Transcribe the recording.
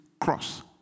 cross